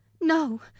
No